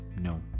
no